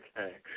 Okay